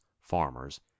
farmers